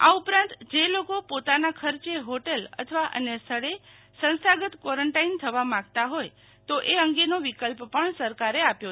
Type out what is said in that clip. આ ઉપરાંત જે લોકો પોતાના ખર્ચે હોટેલ અથવા અન્ય સ્થળે સંસ્થાગત ક્વોરન્ટાઈન થવા માગતા હોય તો એ અંગેનો વિકલ્પ પણ સરકારે આપ્યો